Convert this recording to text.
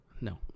no